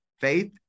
faith